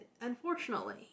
unfortunately